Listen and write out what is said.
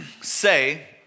say